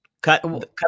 cut